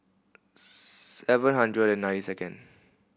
seven hundred and ninety second